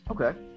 okay